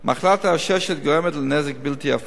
מחלת העששת גורמת לנזק בלתי הפיך,